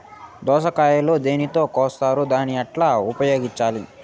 దోస కాయలు దేనితో కోస్తారు దాన్ని ఎట్లా ఉపయోగించాలి?